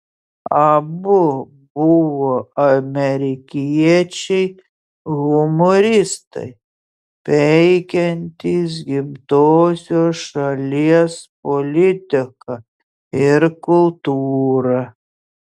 abu buvo amerikiečiai humoristai peikiantys gimtosios šalies politiką ir kultūrą